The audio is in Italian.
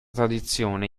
tradizione